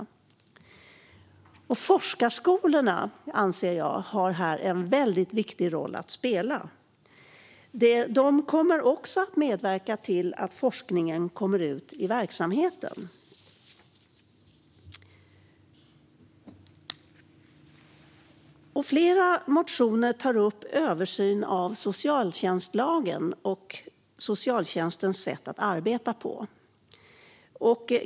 Jag anser att forskarskolorna har en viktig roll att spela här. De kommer också att medverka till att forskningen kommer ut i verksamheten. Flera motioner tar upp en översyn av socialtjänstlagen och socialtjänstens sätt att arbeta.